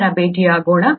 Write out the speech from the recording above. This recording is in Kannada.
ನಂತರ ಭೇಟಿಯಾಗೋಣ